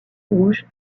rouge